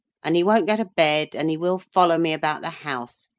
and he won't go to bed, and he will follow me about the house,